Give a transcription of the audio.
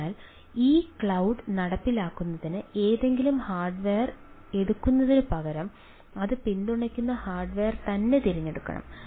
അതിനാൽ ഈ ക്ലൌഡ് നടപ്പിലാക്കുന്നതിന് ഏതെങ്കിലും ഹാർഡ്വെയർ എടുക്കുന്നതിനുപകരം അത് പിന്തുണയ്ക്കുന്ന ഹാർഡ്വെയർ തന്നെ തിരഞ്ഞെടുക്കണം